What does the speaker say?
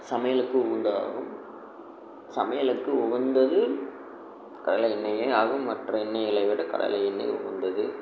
சமையலுக்கு உகந்ததாகும் சமையலுக்கு உகந்தது கடலை எண்ணெயே அதுவும் மற்ற எண்ணெய்களை விட கடலை எண்ணெய் உகந்தது